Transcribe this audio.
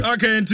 Okay